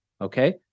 Okay